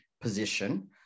position